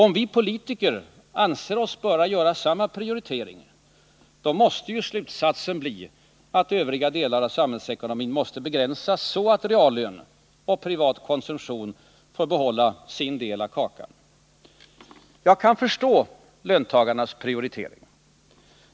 Om vi politiker anser oss böra göra samma prioritering, då måste slutsatsen bli att övriga delar av samhällsekonomin måste begränsas, så att reallön och privat konsumtion får behålla sin del av kakan. Jag kan förstå löntagarnas prioritering.